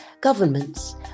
governments